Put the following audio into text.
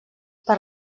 per